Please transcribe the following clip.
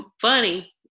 funny